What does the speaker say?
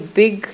big